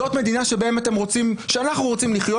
זאת מדינה בה אנחנו רוצים לחיות?